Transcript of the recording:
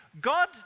God